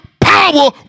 power